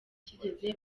kigeze